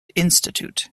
institute